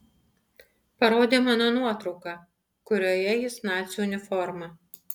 parodė mano nuotrauką kurioje jis nacių uniforma